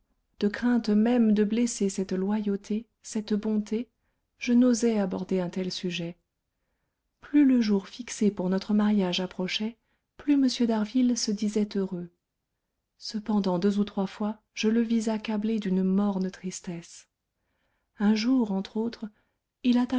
de crainte même de blesser cette loyauté cette bonté je n'osai aborder un tel sujet plus le jour fixé pour notre mariage approchait plus m d'harville se disait heureux cependant deux ou trois fois je le vis accablé d'une morne tristesse un jour entre autres il